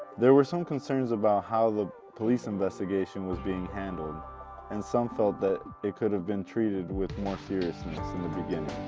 there were some concerns about how the police investigation was being handled and some felt that it could have been treated with more seriousness in the beginning.